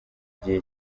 gihe